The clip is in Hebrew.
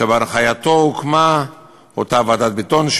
שבהנחייתו הוקמה אותה ועדת ביטון,